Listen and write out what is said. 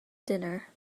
dinner